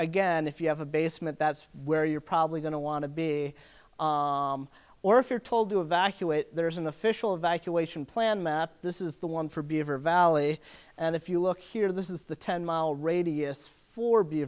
again if you have a basement that's where you're probably going to want to be or if you're told to evacuate there's an official evacuation plan map this is the one for beaver valley and if you look here this is the ten mile radius for